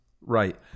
right